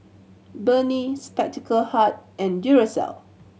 Burnie Spectacle Hut and Duracell